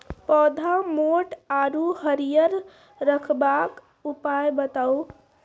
पौधा मोट आर हरियर रखबाक उपाय बताऊ?